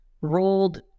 rolled